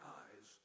eyes